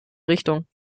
richtung